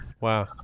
wow